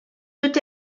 peut